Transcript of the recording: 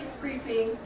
creeping